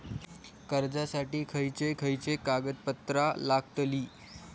कर्जासाठी खयचे खयचे कागदपत्रा लागतली?